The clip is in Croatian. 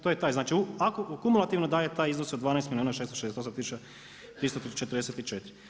To je taj znači ako kumulativno daje taj iznos 12 milijuna 668 tisuća 344.